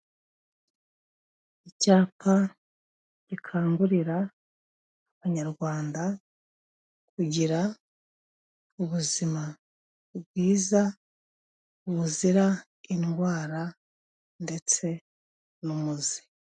Icyapa gikangurira abanyarwanda, kugira ubuzima bwiza buzira indwara ndetse n'umuze.